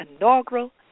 inaugural